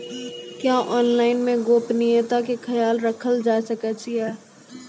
क्या ऑनलाइन मे गोपनियता के खयाल राखल जाय सकै ये?